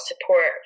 support